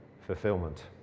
fulfillment